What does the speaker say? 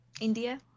India